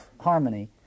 harmony